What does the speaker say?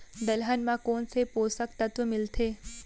दलहन म कोन से पोसक तत्व मिलथे?